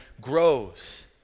grows